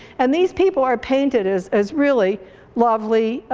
and these people are painted as as really lovely,